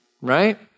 right